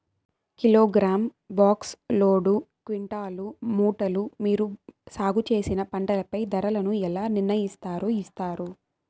Kilogram, box, load, quintal, మూటలు మీరు సాగు చేసిన పంటపై ధరలను ఎలా నిర్ణయిస్తారు యిస్తారు?